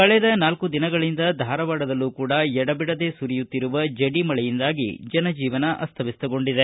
ಕಳೆದ ನಾಲ್ಕು ದಿನಗಳಿಂದ ಧಾರವಾಡದಲ್ಲೂ ಕೂಡಾ ಎಡಬಿಡದೆ ಸುರಿಯುತ್ತಿರುವ ಜಡಿ ಮಳೆಯಿಂದಾಗಿ ಜನಜೀವನ ಅಸ್ತವ್ಬಸ್ತಗೊಂಡಿದೆ